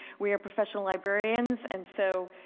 we are professional librarians and so,